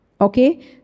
Okay